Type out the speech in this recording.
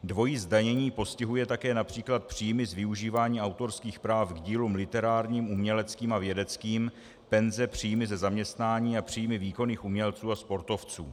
Dvojí zdanění postihuje také například příjmy z využívání autorských práv k dílům literárním, uměleckým a vědeckým, penze, příjmy ze zaměstnání a příjmy výkonných umělců a sportovců.